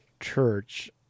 church